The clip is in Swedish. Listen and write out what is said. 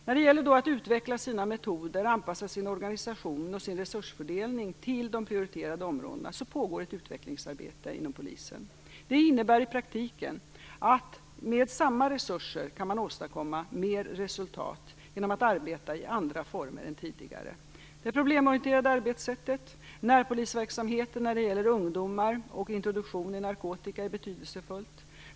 När det gäller att utveckla sina metoder och att anpassa sin organisation och sin resursfördelning till de prioriterade områdena pågår ett utvecklingsarbete inom polisen. Det innebär i praktiken att med samma resurser kan man åstadkomma mer resultat genom att arbeta i andra former än tidigare. Det problemorienterade arbetssättet, närpolisverksamheten när det gäller ungdomar och introduktionen i narkotika, är betydelsefullt.